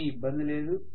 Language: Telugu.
ఏమి ఇబ్బంది లేదు